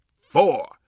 four